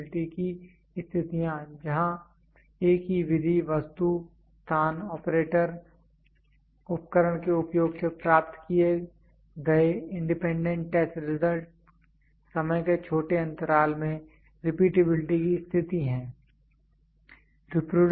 repeatability की स्थितियां जहां एक ही विधि वस्तु स्थान ऑपरेटर उपकरण के उपयोग से प्राप्त किए गए इंडिपेंडेंट टेस्ट रिजल्ट समय के छोटे अंतराल में रिपीटेबिलिटी की स्थिति हैं